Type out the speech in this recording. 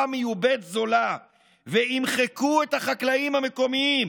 מיובאת זולה וימחקו את החקלאים המקומיים.